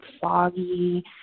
foggy